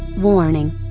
Warning